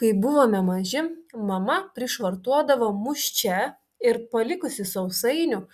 kai buvome maži mama prišvartuodavo mus čia ir palikusi sausainių